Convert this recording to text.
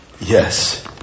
Yes